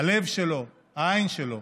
הלב שלו, העין שלו.